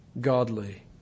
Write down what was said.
godly